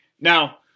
Now